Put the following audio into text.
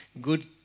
good